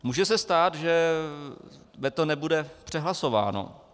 Může se stát, že veto nebude přehlasováno.